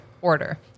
order